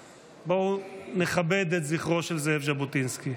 בואו נכבד את זכרו של זאב ז'בוטינסקי.